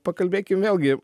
pakalbėkim vėlgi